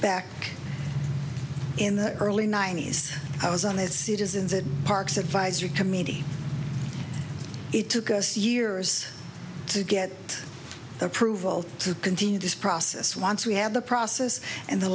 back in the early ninety's i was on his citizens and parks advisory committee it took us years to get approval to continue this process once we had the process and the